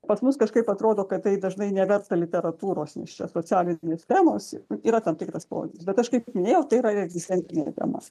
pas mus kažkaip atrodo kad tai dažnai neverta literatūros nes čia socialinės temos yra tam tikras požiūris bet aš kaip minėjau tai yra ir egzistencinė drama